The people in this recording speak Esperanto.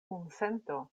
kunsento